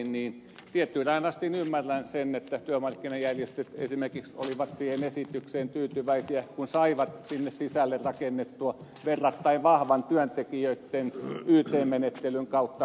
tiettyyn rajaan asti ymmärrän sen että työmarkkinajärjestöt esimerkiksi olivat siihen esitykseen tyytyväisiä kun saivat sinne sisälle rakennettua verrattain vahvan työntekijöitten vaikutusmahdollisuuden yt menettelyn kautta